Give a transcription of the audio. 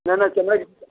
ना ना चमड़ा के जूता